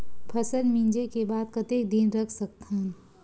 फसल मिंजे के बाद कतेक दिन रख सकथन?